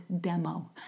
demo